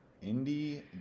Indy